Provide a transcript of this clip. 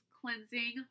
cleansing